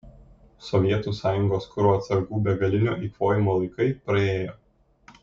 sovietų sąjungos kuro atsargų begalinio eikvojimo laikai praėjo